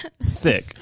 Sick